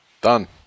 Done